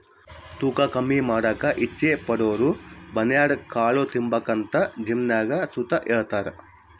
ತೂಕ ಕಮ್ಮಿ ಮಾಡಾಕ ಇಚ್ಚೆ ಪಡೋರುಬರ್ನ್ಯಾಡ್ ಕಾಳು ತಿಂಬಾಕಂತ ಜಿಮ್ನಾಗ್ ಸುತ ಹೆಳ್ತಾರ